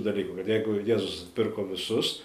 dalykų kad jeigu jėzus atpirko visus